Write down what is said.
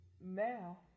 now